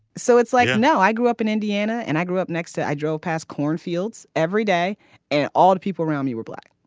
so it's like no i grew up in indiana and i grew up next to i drove past cornfields every day and all the people around me were black.